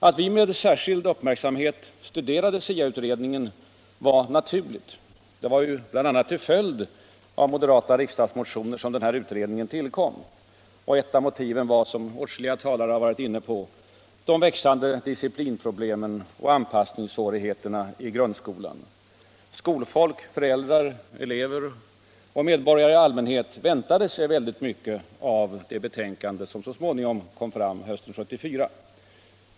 Att vi med särskild uppmärksamhet studerade SIA-utredningen var naturligt — det var ju bl.a. till följd av moderata riksdagsmotioner som den utredningen tillkom, och ett av motiven var, som åtskilliga talare har varit inne på, de växande disciplinproblemen och anpassningssvårigheterna i grundskolan. Skolfolk, föräldrar, elever och medborgare i allmänhet väntade sig väldigt mycket av det betänkande som så småningom kom på hösten 1974.